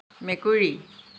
মেকুৰী